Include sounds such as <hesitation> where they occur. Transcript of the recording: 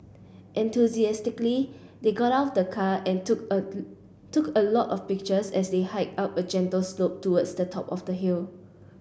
enthusiastically they got out of the car and took a <hesitation> took a lot of pictures as they hiked up a gentle slope towards the top of the hill